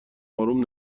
اروم